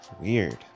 weird